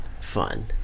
fun